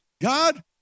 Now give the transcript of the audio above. God